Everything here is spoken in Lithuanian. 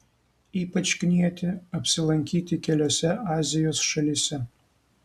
ypač knieti apsilankyti keliose azijos šalyse